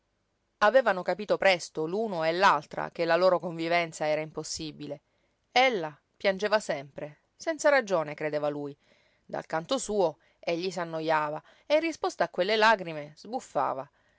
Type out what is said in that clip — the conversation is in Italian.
avevano capito presto l'uno e l'altra che la loro convivenza era impossibile ella piangeva sempre senza ragione credeva lui dal canto suo egli s'annojava e in risposta a quelle lagrime sbuffava